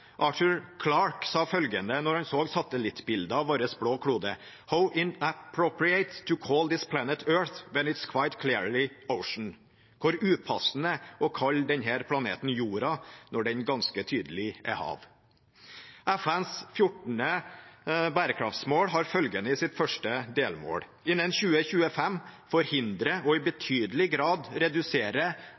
sa følgende da han så satellittbilder av vår blå klode: «How inappropriate to call this planet Earth, when it is quite clearly Ocean.» Altså: Hvor upassende det er å kalle denne planeten jorda, når den ganske tydelig er hav. FNs 14. bærekraftsmål har følgende som sitt første delmål: «Innen 2025 forhindre og i betydelig grad redusere